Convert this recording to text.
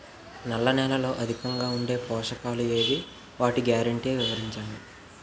నల్ల నేలలో అధికంగా ఉండే పోషకాలు ఏవి? వాటి గ్యారంటీ వివరించండి?